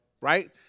right